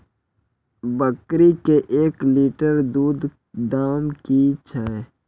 बकरी के एक लिटर दूध दाम कि छ?